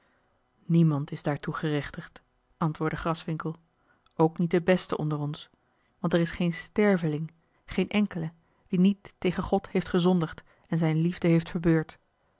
niemand is daartoe gerechtigd antwoordde graswinckel ook niet de beste onder ons want er is geen sterveling geen enkele die niet tegen god heeft gezondigd en zijne liefde heeft verbeurd